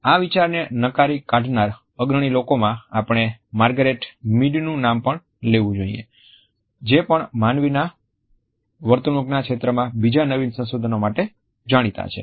આ વિચારને નકારી કાઢનાર અગ્રણી લોકોમાં આપણે માર્ગારેટ મીડનું નામ પણ લેવું જોઈએ જે પણ માનવીના વર્તણૂકના ક્ષેત્રમાં બીજા નવીન સંશોધન માટે જાણીતા છે